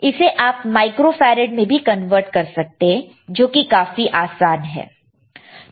इसी आप microfarad में भी कन्वर्ट कर सकते हैं जो कि काफी आसान है